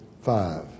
five